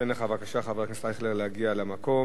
ניתן לך בבקשה, חבר הכנסת אייכלר, להגיע למקום.